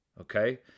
Okay